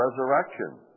resurrection